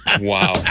Wow